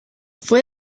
fue